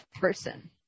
person